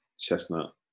Chestnut